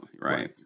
Right